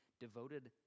devoted